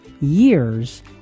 years